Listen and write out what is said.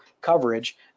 coverage